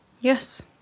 Yes